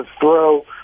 throw